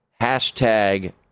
Hashtag